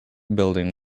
building